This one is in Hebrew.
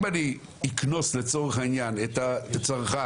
אם אני אקנוס לצורך העניין את הצרכן,